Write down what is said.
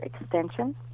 extension